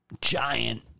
giant